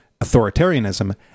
authoritarianism